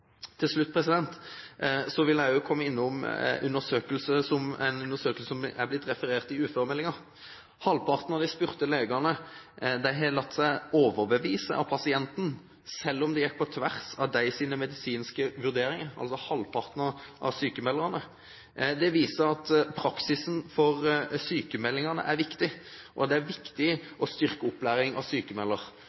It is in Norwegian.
Til slutt vil jeg også komme innom en undersøkelse som er blitt referert i uføremeldingen. Halvparten av de spurte legene har latt seg overbevise av pasienten, selv om det gikk på tvers av deres egen medisinske vurdering – altså halvparten av sykmelderne. Det viser at praksisen for sykmeldingene er viktig, og det er viktig å styrke opplæring av